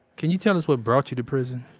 can you tell us what brought you to prison?